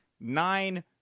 nine